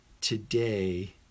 today